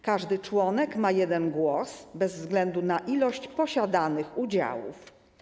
Każdy członek ma jeden głos bez względu na ilość posiadanych udziałów.